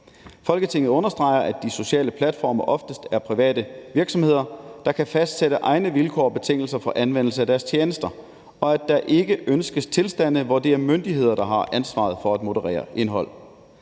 Folketinget understreger, at de sociale platforme oftest er private virksomheder, der kan fastsætte egne vilkår og betingelser for anvendelse af deres tjenester, og at der ikke ønskes tilstande, hvor det er myndigheder, der har ansvaret for at moderere indhold.